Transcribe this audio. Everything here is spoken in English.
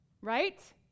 Right